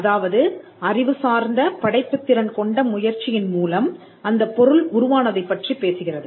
அதாவது அறிவு சார்ந்த படைப்புத் திறன் கொண்ட முயற்சியின் மூலம் அந்தப் பொருள் உருவானதைப் பற்றிப் பேசுகிறது